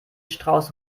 strauß